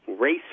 race